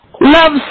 love